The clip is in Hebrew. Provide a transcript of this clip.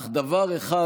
אך דבר אחד